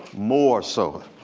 more so.